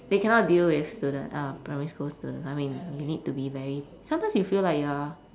they cannot deal with student uh primary school students I mean you need to be very sometimes you feel like you're